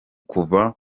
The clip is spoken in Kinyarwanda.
kuva